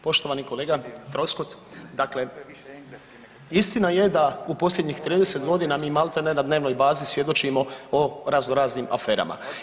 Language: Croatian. Poštovani kolega Troskot, dakle istina je da u posljednjih 30.g. mi malte ne na dnevnoj bazi svjedočimo o razno raznim aferama.